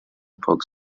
پاک